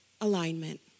alignment